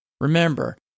remember